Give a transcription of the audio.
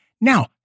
Now